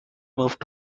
moved